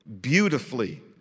beautifully